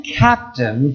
captain